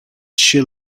she